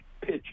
pitch